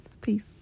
peace